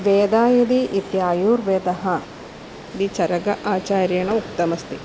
वेदः यदि इत्यायुर्वेदः ति चरकाचार्येण उक्तमस्ति